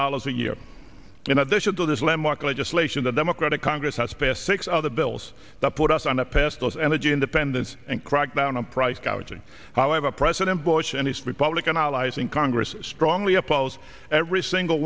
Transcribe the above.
dollars a year in addition to this landmark legislation the democratic congress has passed six other bills that put us on a pedestal as energy independence and crack down on price gouging however president bush and his republican allies in congress strongly oppose every single